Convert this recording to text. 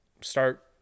start